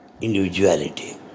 individuality